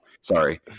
Sorry